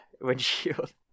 windshield